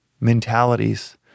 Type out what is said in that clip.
Mentalities